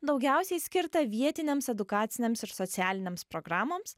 daugiausiai skirta vietinėms edukacinėms ir socialinėms programoms